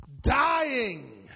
Dying